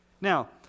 Now